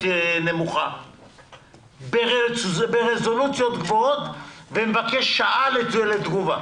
נמוכה אלא ברזולוציות גבוהות ונותן שעה לתגובה